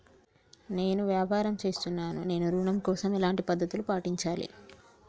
నేను వ్యాపారం చేస్తున్నాను నేను ఋణం కోసం ఎలాంటి పద్దతులు పాటించాలి?